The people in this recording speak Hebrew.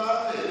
בארץ.